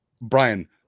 Brian